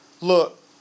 look